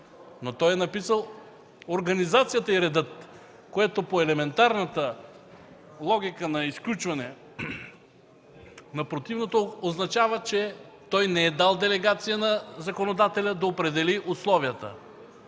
но той е написал: „Организацията и редът...”, което по елементарната логика на изключване на противното означава, че той не е дал делегация на законодателя да определи условията.